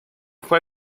fue